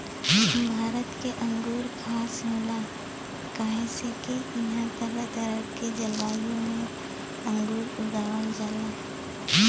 भारत के अंगूर खास होला काहे से की इहां तरह तरह के जलवायु में अंगूर उगावल जाला